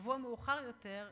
שבוע מאוחר יותר,